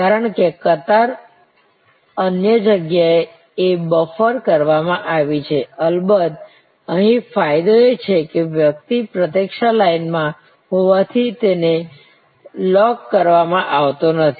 કારણ કે કતાર અન્ય જગ્યા એ બફર કરવામાં આવી છે અલબત્ત અહીં ફાયદો એ છે કે વ્યક્તિ પ્રતીક્ષા લાઇનમાં હોવાથી તેને લૉક કરવામાં આવતો નથી